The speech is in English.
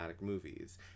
movies